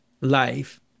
life